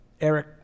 Eric